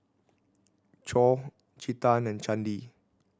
Choor Chetan and Chandi